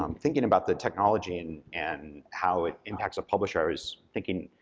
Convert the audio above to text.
um thinking about the technology and and how it impacts a publisher, i was thinking,